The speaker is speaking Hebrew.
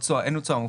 אין לו תשואה מובטחת.